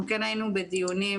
אנחנו כן היינו בדיונים,